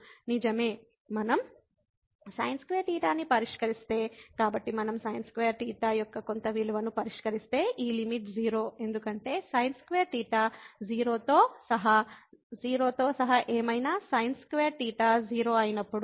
నిజమే మనం sin2θ ని పరిష్కరిస్తే కాబట్టి మనం sin2θ యొక్క కొంత విలువను పరిష్కరిస్తే ఈ లిమిట్ 0 ఎందుకంటే sin2θ 0 తో సహా 0 తో సహా ఏమైనా sin2θ 0 అయినప్పుడు